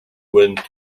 went